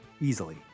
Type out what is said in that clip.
easily